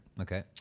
Okay